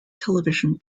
television